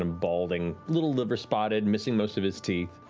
um balding, little liver spotted, missing most of his teeth,